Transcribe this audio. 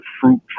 fruit